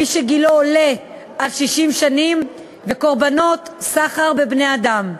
מי שגילו עולה על 60 שנים וקורבנות סחר בבני-אדם,